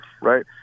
right